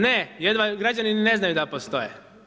Ne, jedva, građani ni ne znaju da postoje.